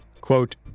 quote